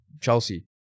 Chelsea